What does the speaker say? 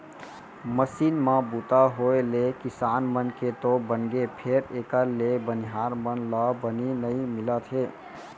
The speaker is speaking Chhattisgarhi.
मसीन म बूता होय ले किसान मन के तो बनगे फेर एकर ले बनिहार मन ला बनी नइ मिलत हे